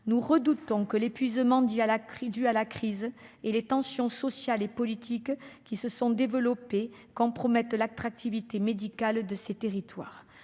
nous redoutons que l'épuisement dû à la crise et les tensions sociales et politiques qui se sont développées ne compromettent l'attractivité médicale de ces territoires.